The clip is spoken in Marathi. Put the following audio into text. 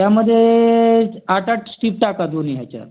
त्यामध्ये आठ आठ स्ट्रीप टाका दोन्ही ह्याच्या